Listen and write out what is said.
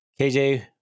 KJ